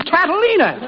Catalina